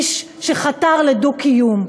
איש שחתר לדו-קיום.